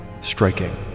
striking